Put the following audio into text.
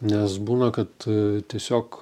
nes būna kad tiesiog